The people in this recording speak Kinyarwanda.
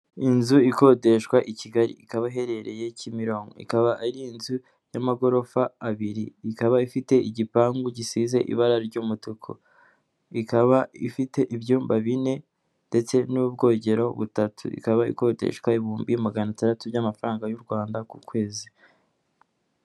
Inzu ikodeshwa i kigali ikaba iherereye Kimironko, ikaba ari inzu y'amagorofa abiri, ikaba ifite igipangu gisize ibara ry'umutuku, ikaba ifite ibyumba bine ndetse n'ubwogero butatu, ikaba ikodeshwa ibihumbi magana atandatu by'amafaranga y'u rwanda ku kwezi.